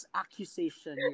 accusation